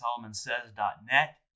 solomonsays.net